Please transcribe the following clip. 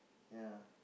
ya